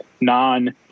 non-